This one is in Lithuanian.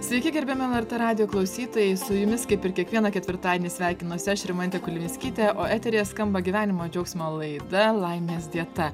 sveiki gerbiami lrt radijo klausytojai su jumis kaip ir kiekvieną ketvirtadienį sveikinuosi aš rimantė kulvinskytė o eteryje skamba gyvenimo džiaugsmo laida laimės dieta